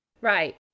right